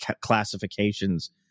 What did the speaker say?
classifications